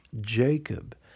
Jacob